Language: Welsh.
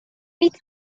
nid